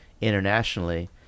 internationally –